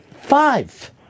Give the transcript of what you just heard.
Five